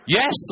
Yes